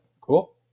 cool